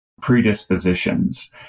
predispositions